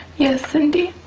yes, cindy.